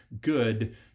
good